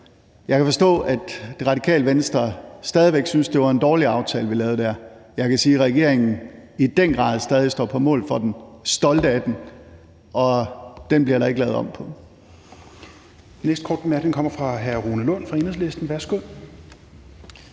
Jeg kan forstå, at Radikale Venstre stadig væk synes, det var en dårlig aftale, vi lavede der. Jeg kan sige, at regeringen i den grad stadig står på mål for den, er stolte af den; og den bliver der ikke lavet om på.